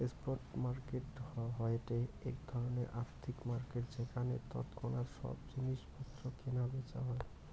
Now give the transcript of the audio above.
spot market হয়ঠে এক ধরণের আর্থিক মার্কেট যেখানে তৎক্ষণাৎ সব জিনিস পত্র কেনা বেচা হই